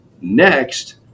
Next